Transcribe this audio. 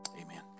Amen